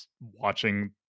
watching